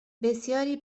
بسیاری